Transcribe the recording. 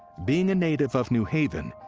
being a native of new haven,